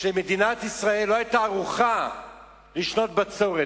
בכך שמדינת ישראל לא היתה ערוכה לשנות בצורת.